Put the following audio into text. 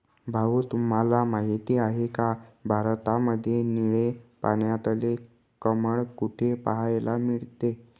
भाऊ तुम्हाला माहिती आहे का, भारतामध्ये निळे पाण्यातले कमळ कुठे पाहायला मिळते?